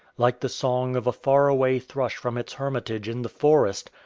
like the song of a far-away thrush from its hermitage in the forest,